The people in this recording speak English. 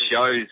shows